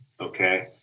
Okay